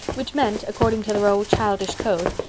which meant, according to their old childish code,